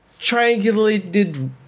triangulated